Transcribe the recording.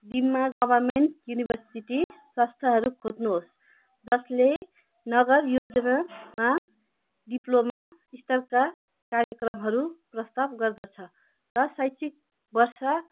deemed government university संस्थाहरू खोज्नुहोस् जसले नगर योजनामा डिप्लोमा स्तरका कार्यक्रमहरू प्रस्ताव गर्दछ र शैक्षिक वर्ष